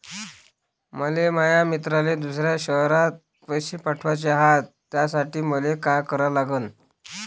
मले माया मित्राले दुसऱ्या शयरात पैसे पाठवाचे हाय, त्यासाठी मले का करा लागन?